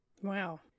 Wow